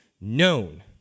known